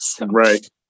right